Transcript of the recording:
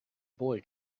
boy